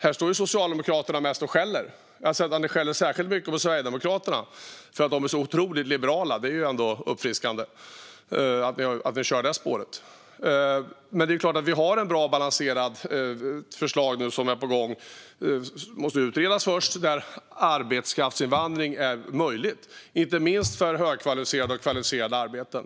Här står Socialdemokraterna mest och skäller. Jag har sett att man skäller särskilt mycket på Sverigedemokraterna för att de är så otroligt liberala - det är ändå uppfriskande att man kör på det spåret. Vi har ett bra och balanserat förslag som är på gång. Det måste dock utredas först. Enligt detta förslag ska det vara möjligt med arbetskraftsinvandring, inte minst för högkvalificerade och kvalificerade arbeten.